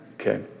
Okay